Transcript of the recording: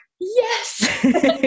yes